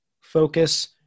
focus